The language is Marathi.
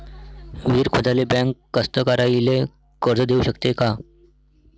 विहीर खोदाले बँक कास्तकाराइले कर्ज देऊ शकते का?